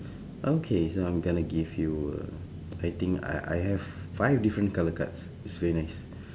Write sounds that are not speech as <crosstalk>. <breath> okay so I'm gonna give you uh I think I I have five different colour cards it's very nice